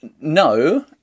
No